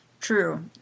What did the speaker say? True